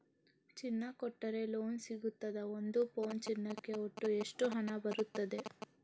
ಚಿನ್ನ ಕೊಟ್ರೆ ಲೋನ್ ಸಿಗ್ತದಾ ಮತ್ತು ಒಂದು ಪೌನು ಚಿನ್ನಕ್ಕೆ ಒಟ್ಟು ಎಷ್ಟು ಹಣ ಬರ್ತದೆ?